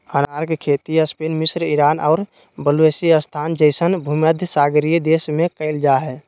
अनार के खेती स्पेन मिस्र ईरान और बलूचिस्तान जैसन भूमध्यसागरीय देश में कइल जा हइ